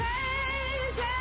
crazy